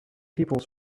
people